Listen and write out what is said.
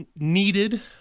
needed